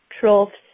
troughs